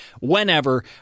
whenever